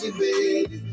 baby